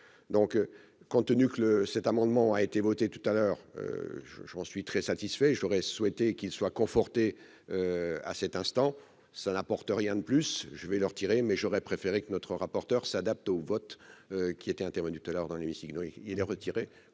donc compte tenu que le cet amendement a été voté tout à l'heure, j'en suis très satisfait et j'aurais souhaité qu'il soit confortée à cet instant, ça n'apporte rien de plus, je vais le retirer mais j'aurais préféré que notre rapporteur s'adapte au vote qui était intervenu heure dans l'hémicycle il est retiré,